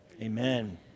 amen